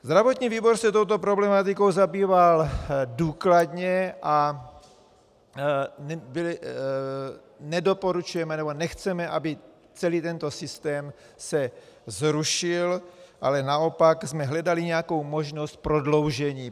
Zdravotní výbor se touto problematikou zabýval důkladně a nedoporučujeme, nebo nechceme, aby celý tento systém se zrušil, ale naopak jsme hledali nějakou možnost prodloužení.